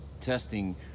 testing